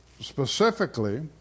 specifically